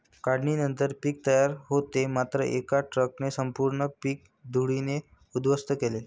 काढणीनंतर पीक तयार होते मात्र एका ट्रकने संपूर्ण पीक धुळीने उद्ध्वस्त केले